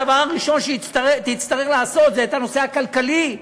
הדבר הראשון שהיא תצטרך לעשות זה הנושא הכלכלי,